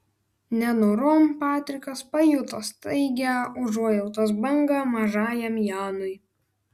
nenorom patrikas pajuto staigią užuojautos bangą mažajam janui